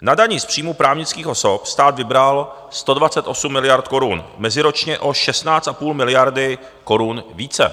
Na dani z příjmu právnických osob stát vybral 128 miliard korun, meziročně o 16,5 miliardy korun více.